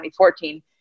2014